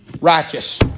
Righteous